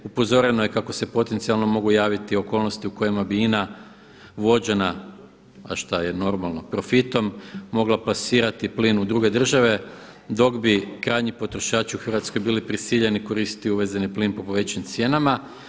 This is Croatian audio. Upozoreno je kako se potencijalno mogu javiti okolnosti u kojima bi INA vođena, a šta je normalno, profitom, mogla plasirati plin u druge države dok bi krajnji potrošači u Hrvatskoj bili prisiljeni koristiti uvezeni plin po povećanim cijenama.